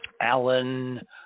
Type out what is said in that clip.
Alan